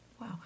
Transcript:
Wow